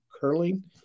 Curling